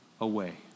away